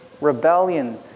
rebellion